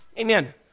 amen